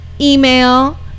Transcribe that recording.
email